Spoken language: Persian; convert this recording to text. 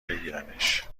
بگیرنش